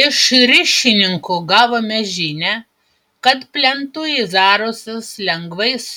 iš ryšininkų gavome žinią kad plentu į zarasus lengvais